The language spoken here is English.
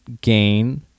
gain